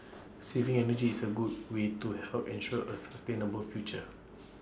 saving energy is A good way to help ensure A sustainable future